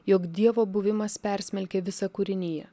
jog dievo buvimas persmelkia visą kūriniją